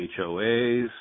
HOAs